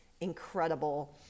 incredible